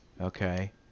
Okay